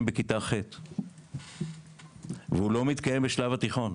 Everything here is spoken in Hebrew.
בכיתה ח' והוא לא מתקיים בשלב התיכון.